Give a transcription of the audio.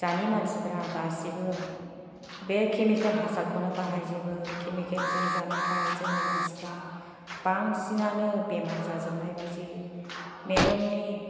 दानि मानसिफ्रा गासिबो बे केमिकेल हासारखौनो बाहायजोबो केमिकेल जों जानायखाय जोंनि मानसिफ्रा बांसिनानो बेमार जाजोबनाय बायदि मेगननि